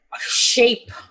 shape